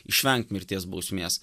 išvengt mirties bausmės